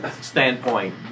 standpoint